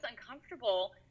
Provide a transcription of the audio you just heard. uncomfortable –